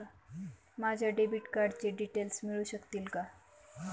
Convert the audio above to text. माझ्या डेबिट कार्डचे डिटेल्स मिळू शकतील का?